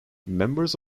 members